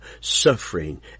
suffering